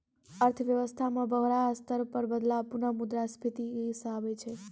अर्थव्यवस्था म बड़ा स्तर पर बदलाव पुनः मुद्रा स्फीती स आबै छै